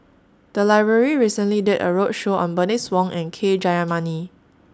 The Library recently did A roadshow on Bernice Wong and K Jayamani